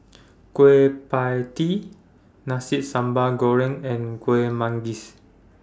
Kueh PIE Tee Nasi Sambal Goreng and Kueh Manggis